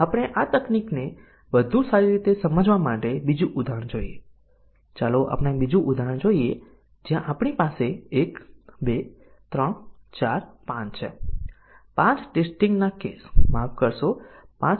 તેથી અમારા કવરેજમાં આપણી સેટિંગ સાચી કે ખોટી તે આ કમ્પાઇલર સાથે આપણને બહુ અર્થ હશે કારણ કે તે તેનો ઉપયોગ કરતું નથી